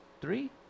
Three